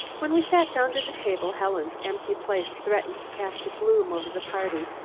when we sat down to the table, helen's empty place threatened to cast a gloom over the party,